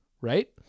right